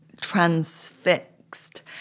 transfixed